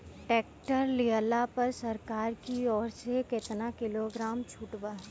Tractor लिहला पर सरकार की ओर से केतना किलोग्राम छूट बा?